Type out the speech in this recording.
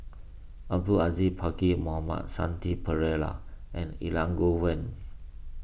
Abdul Aziz Pakkeer Mohamed Shanti Pereira and Elangovan